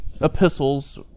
epistles